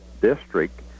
District